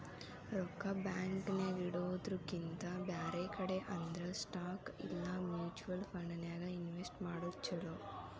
ರೊಕ್ಕಾ ಬ್ಯಾಂಕ್ ನ್ಯಾಗಿಡೊದ್ರಕಿಂತಾ ಬ್ಯಾರೆ ಕಡೆ ಅಂದ್ರ ಸ್ಟಾಕ್ ಇಲಾ ಮ್ಯುಚುವಲ್ ಫಂಡನ್ಯಾಗ್ ಇನ್ವೆಸ್ಟ್ ಮಾಡೊದ್ ಛಲೊ